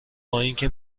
بااینکه